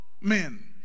men